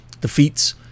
defeats